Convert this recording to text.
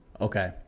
Okay